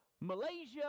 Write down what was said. Malaysia